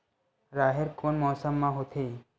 राहेर कोन मौसम मा होथे?